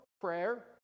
prayer